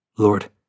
Lord